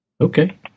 Okay